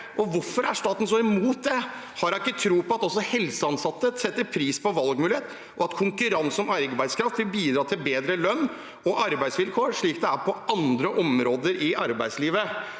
Hvorfor er staten så imot det? Har ikke statsråden tro på at også helseansatte setter pris på valgmulighet, og at konkurranse om arbeidskraft vil bidra til bedre lønns- og arbeidsvilkår, slik det er på andre områder i arbeidslivet?